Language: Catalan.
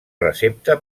recepta